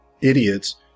idiots